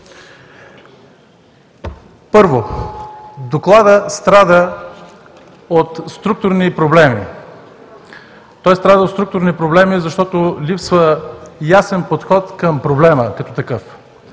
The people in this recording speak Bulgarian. Първо, Докладът страда от структурни проблеми, той страда от структурни проблеми, защото липсва ясен подход към проблема като такъв.